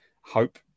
hope